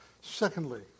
Secondly